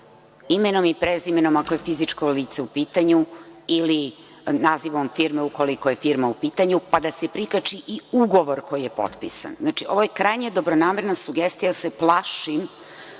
imenom i prezimenom ako je fizičko lice u pitanju, ili nazivom firme ukoliko je firma u pitanju, pa da se prikači i ugovor koji je potpisan. Znači, ovo je krajnje dobronamerna sugestija. Plašim